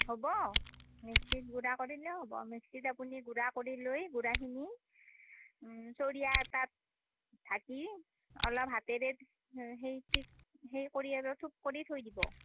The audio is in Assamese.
হ'ব মিক্সিত গুড়া কৰিলেই হ'ব মিক্সিত আপুনি গুড়া কৰি লৈ গুড়াখিনি চৰিয়া এটাত ঢাকি অলপ হাতেৰে সেই ঠিক সেই কৰি আৰু থুপ কৰি থৈ দিব